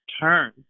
turn